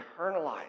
internalize